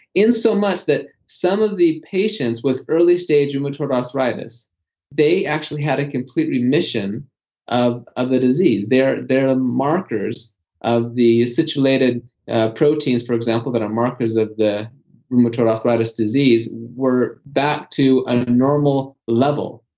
insomuch that some of the patients with early-stage rheumatoid arthritis they actually had a complete remission of of the disease. their their markers of the acetylated proteins, for example, that are markers of the rheumatoid arthritis disease, were back to a normal level,